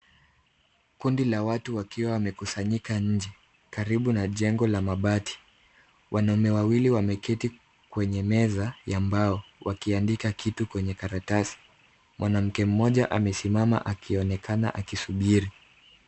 Kundi la watu wakiwa wamekusanyika nje karibu na jengo la mabati. Wanaume wawili wameketi kwenye meza ya mbao wakiandika kitu kwenye karatasi. Mwanamke mmoja amesimama akionekana akisubiri.